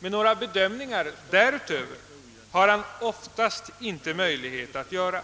Men några bedömningar därutöver har han oftast inte möjlighet att göra.